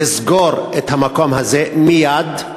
לסגור את המקום הזה מייד,